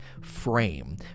frame